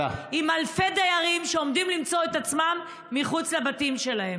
אלפי דיירים שעומדים למצוא את עצמם מחוץ לבתים שלהם.